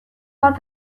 bat